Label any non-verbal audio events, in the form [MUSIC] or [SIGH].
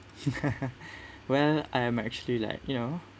[LAUGHS] well I am actually like you know